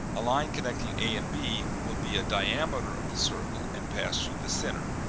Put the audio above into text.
a line connecting a and b will be a diameter of the circle and pass through the center,